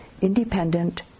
independent